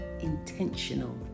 intentional